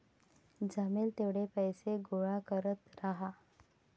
जमेल तेवढे पैसे गोळा करत राहा